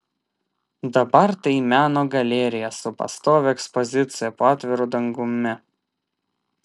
dabar tai meno galerija su pastovia ekspozicija po atviru dangumi